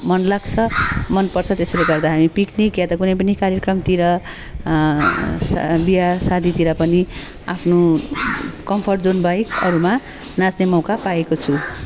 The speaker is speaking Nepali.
मन लाग्छ मनपर्छ त्यसैले गर्दा हामी पिक्निक या त कुनै पनि कार्यक्रमतिर सा बिहा शादीतिर पनि आफ्नो कम्पोर्ट जोन बाहेक अरूमा नाच्ने मौका पाएको छु